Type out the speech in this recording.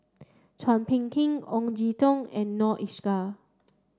Chua Phung Kim Ong Jin Teong and Noor Aishah